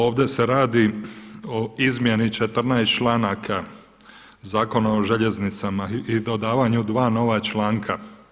Ovdje se radi o izmjeni 14 članaka Zakona o željeznicama i dodavanju dva nova članka.